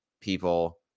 people